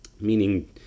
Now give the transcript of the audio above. meaning